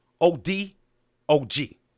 O-D-O-G